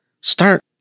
Start